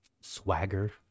swagger